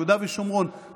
יהודה ושומרון,